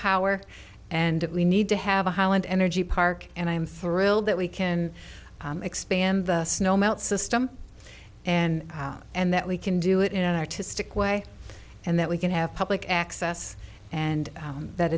power and we need to have a highland energy park and i'm thrilled that we can expand the snow melt system and and that we can do it in an artistic way and that we can have public access and that